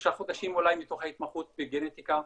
שלושה חודשים אולי מתוך ההתמחות, בגנטיקה,